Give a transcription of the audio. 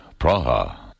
Praha